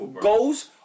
goals